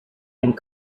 and